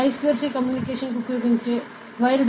I square C communication కు ఉపయోగించే wire